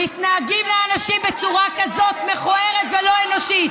מתנהגים לאנשים בצורה כזאת מכוערת ולא אנושית.